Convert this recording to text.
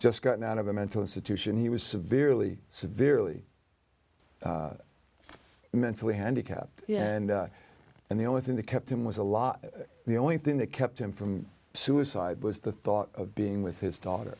just gotten out of a mental institution he was severely severely mentally handicapped and the only thing that kept him was a lot the only thing that kept him from suicide was the thought of being with his daughter